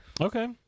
Okay